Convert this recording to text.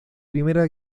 primera